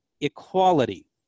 equality